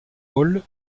hall